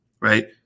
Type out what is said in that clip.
right